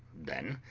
then,